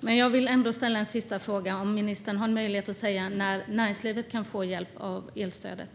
Jag vill ställa en sista fråga. Har ministern möjlighet att säga när näringslivet kan få hjälp av elstödet?